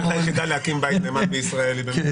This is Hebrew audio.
יכול מאוד להיות ואני נוטה להאמין ואני אומר